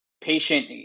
patient